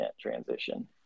transition